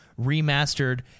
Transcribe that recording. remastered